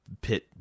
pit